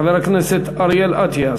חבר הכנסת אריאל אטיאס.